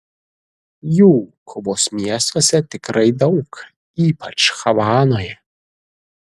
jų kubos miestuose tikrai daug ypač havanoje